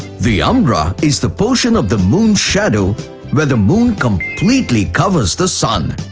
the umbra is the portion of the moon's shadow where the moon completely covers the sun.